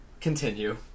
Continue